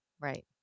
Right